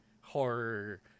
horror